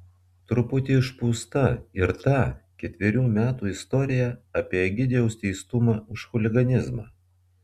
truputį išpūsta ir ta ketverių metų istorija apie egidijaus teistumą už chuliganizmą